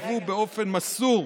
באופן מסור,